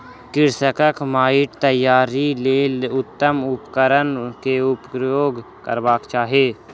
कृषकक माइट तैयारीक लेल उत्तम उपकरण केउपयोग करबाक चाही